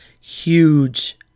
huge